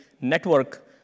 network